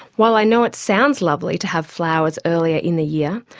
while i know it sounds lovely to have flowers earlier in the year,